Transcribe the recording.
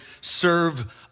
serve